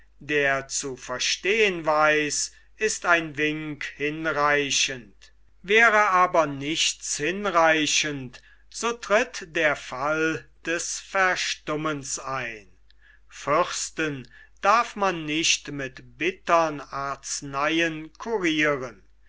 der zu verstehn weiß ist ein wink hinreichend wäre aber nichts hinreichend so tritt der fall des verstummens ein fürsten darf man nicht mit bittern arzneien kuriren